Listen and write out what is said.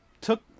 took